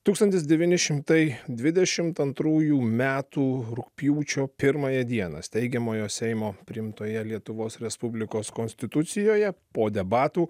tūkstantis devyni šimtai dvidešimt antrųjų metų rugpjūčio pirmąją dieną steigiamojo seimo priimtoje lietuvos respublikos konstitucijoje po debatų